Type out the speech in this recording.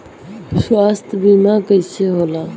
स्वास्थ्य बीमा कईसे होला?